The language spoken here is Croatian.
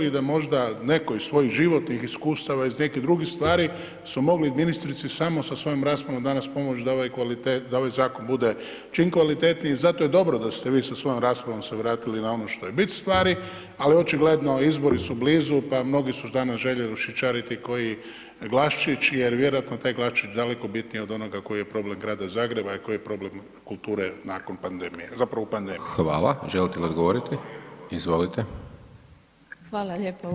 I da možda netko iz svojih životnih iskustava iz nekih drugih stvari su mogli ministrici samo sa svojom raspravom danas pomoći da ovaj zakon bude čim kvalitetniji, zato je dobro da ste vi sa svojoj raspravom se vratili na ono što je bit stvari, ali očigledno izbori su blizu pa mnogi su danas željeli ušičariti koji glasčić jer vjerojatno je taj glasčić daleko bitniji od onoga koji je problem Grada Zagreba i koji je problem kulture nakon pandemije zapravo u pandemiji.